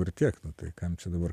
ir tiek nu tai kam čia dabar